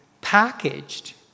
packaged